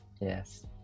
yes